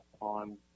on